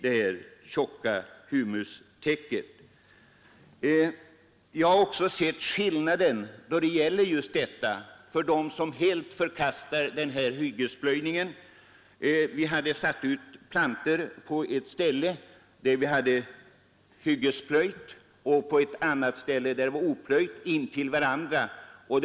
Det finns personer som helt förkastar hyggesplöjningen. Jag kan emellertid nämna ett exempel som visar att plöjningen, om den utförs riktigt, är till nytta för skogsvården. Vi hade satt ut plantor på ett ställe där vi hade hyggesplöjt och på ett ställe intill där det var oplöjt.